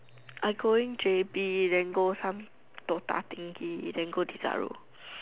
I going J_B then go some DOTA thingy then go desire